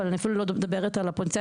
אבל אני אפילו לא מדברת על פוטנציאל